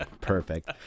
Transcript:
Perfect